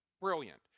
Brilliant